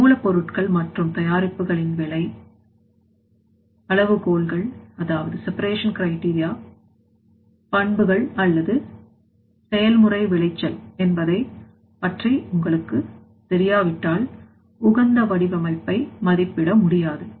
மூலப்பொருட்கள் மற்றும் தயாரிப்புகளின் விலை அளவுகோல்கள் பண்புகள் அல்லது செயல்முறை விளைச்சல் என்பதை பற்றி உங்களுக்கு தெரியாவிட்டால் உகந்த வடிவமைப்பை மதிப்பிட முடியாது